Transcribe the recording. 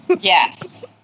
Yes